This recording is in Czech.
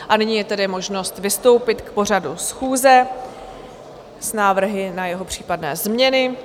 A nyní je tedy možnost vystoupit k pořadu schůze s návrhy na jeho případné změny.